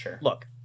look